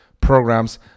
programs